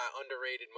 underrated